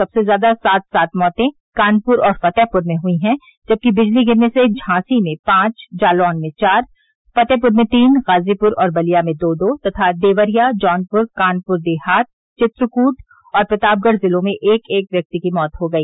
सबसे ज्यादा सात सात मौतें कानपुर और फतेहपुर में हुई हैं जबकि बिजली गिरने से झांसी में पांच जालौन में चार फतेहपुर में तीन गाजीपुर और बलिया में दो दो तथा देवरिया जौनपुर कानपुर देहात चित्रकूट और प्रतापगढ़ जिलों में एक एक व्यक्ति की मौत हो गई